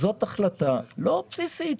זאת החלטה לא בסיסית,